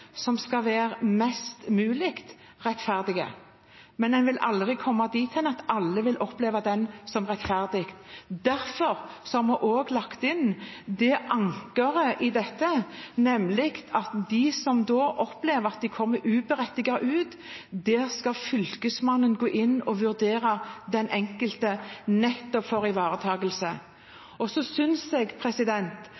som skal være mest mulig rettferdig, men en vil aldri komme dithen at alle opplever den som rettferdig. Derfor har vi også lagt inn et anker i dette for dem som opplever at de kommer uberettiget ut – der skal Fylkesmannen gå inn og vurdere den enkelte nettopp for ivaretagelse.